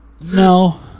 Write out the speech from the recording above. No